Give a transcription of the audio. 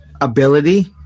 ability